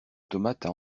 tomates